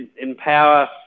empower